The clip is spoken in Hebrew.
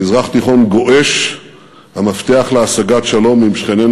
במזרח תיכון גועש המפתח להשגת שלום עם שכנינו